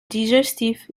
digestif